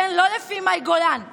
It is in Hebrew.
לא לפי מאי גולן,